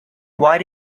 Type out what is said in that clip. why